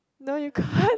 no you can't